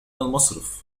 المصرف